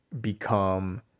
become –